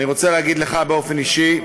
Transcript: אני רוצה להגיד לך באופן אישי,